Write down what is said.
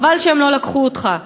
חבל שהם לא לקחו אותך'?